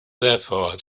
therefore